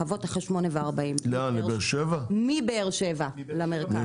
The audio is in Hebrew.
אין רכבות מבאר שבע מרכז?